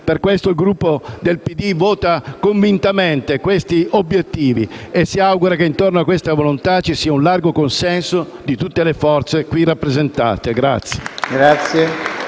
Per questo il Gruppo del PD vota convintamente questi obiettivi, e si augura che intorno a questa volontà ci sia un largo consenso di tutte le forze qui rappresentate.